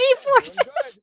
G-forces